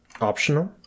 Optional